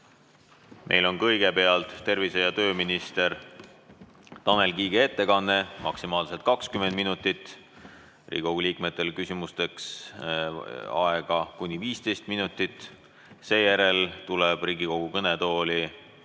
Meil on kõigepealt tervise- ja tööminister Tanel Kiige ettekanne maksimaalselt 20 minutit, Riigikogu liikmetel on küsimusteks aega kuni 15 minutit. Seejärel tuleb Riigikogu kõnetooli